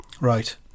Right